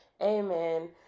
Amen